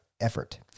effort